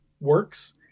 works